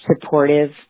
supportive